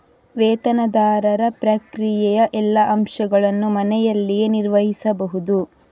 ವೇತನದಾರರ ಪ್ರಕ್ರಿಯೆಯ ಎಲ್ಲಾ ಅಂಶಗಳನ್ನು ಮನೆಯಲ್ಲಿಯೇ ನಿರ್ವಹಿಸಬಹುದು